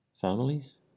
families